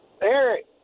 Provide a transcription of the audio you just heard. Eric